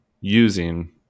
using